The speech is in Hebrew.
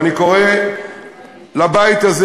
ואני קורא לבית הזה,